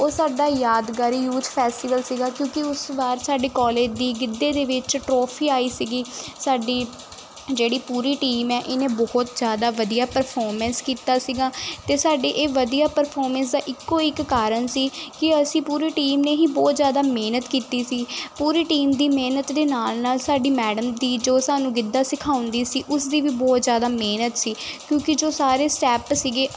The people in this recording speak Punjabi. ਉਹ ਸਾਡਾ ਯਾਦਗਾਰੀ ਯੂਥ ਫੈਸਟੀਵਲ ਸੀਗਾ ਕਿਉਂਕਿ ਉਸ ਵਾਰ ਸਾਡੀ ਕਾਲਜ ਦੀ ਗਿੱਧੇ ਦੇ ਵਿੱਚ ਟਰੋਫੀ ਆਈ ਸੀਗੀ ਸਾਡੀ ਜਿਹੜੀ ਪੂਰੀ ਟੀਮ ਹੈ ਇਹਨੇ ਬਹੁਤ ਜ਼ਿਆਦਾ ਵਧੀਆ ਪਰਫੋਰਮੈਂਸ ਕੀਤਾ ਸੀਗਾ ਅਤੇ ਸਾਡੀ ਇਹ ਵਧੀਆ ਪਰਫੋਰਮੈਂਸ ਆ ਇੱਕੋ ਇੱਕ ਕਾਰਨ ਸੀ ਕਿ ਅਸੀਂ ਪੂਰੀ ਟੀਮ ਨੇ ਹੀ ਬਹੁਤ ਜ਼ਿਆਦਾ ਮਿਹਨਤ ਕੀਤੀ ਸੀ ਪੂਰੀ ਟੀਮ ਦੀ ਮਿਹਨਤ ਦੇ ਨਾਲ ਨਾਲ ਸਾਡੀ ਮੈਡਮ ਦੀ ਜੋ ਸਾਨੂੰ ਗਿੱਧਾ ਸਿਖਾਉਂਦੀ ਸੀ ਉਸ ਦੀ ਵੀ ਬਹੁਤ ਜ਼ਿਆਦਾ ਮਿਹਨਤ ਸੀ ਕਿਉਂਕਿ ਜੋ ਸਾਰੇ ਸਟੈਪ ਸੀਗੇ